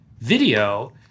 video